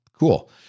Cool